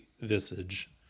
visage